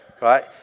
right